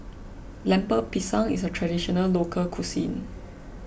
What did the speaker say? Lemper Pisang is a Traditional Local Cuisine